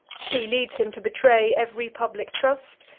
she leads him to betray every public trust,